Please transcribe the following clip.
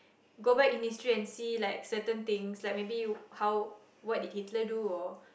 go back in history and see like certain things like maybe how what did people do or